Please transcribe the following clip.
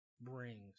brings